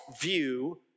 view